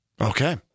okay